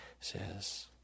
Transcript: says